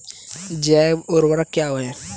जैव ऊर्वक क्या है?